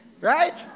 right